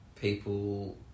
people